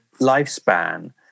lifespan